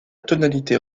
tonalité